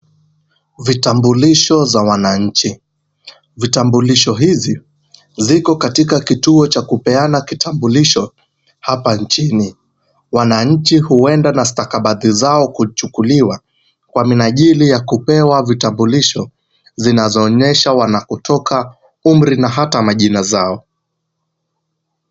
Vitambulisho za wananchi. Vitambulisho hizi ziko katika kituo cha kupeana kitambulisho hapa nchini. Wananchi huenda na stakabadhi zao kuchukuliwa kwa minajili ya kupewa vitambulisho zinazoonyesha wanapotoka, umri na hata majina zao.